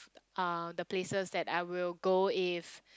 uh the places that I will go if